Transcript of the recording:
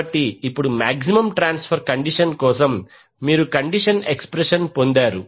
కాబట్టి ఇప్పుడు maximum power transfer condition కోసం మీరు కండిషన్ ఎక్స్ప్రెషన్ పొందారు